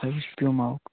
ہٲیہُس پیوٗما ہُک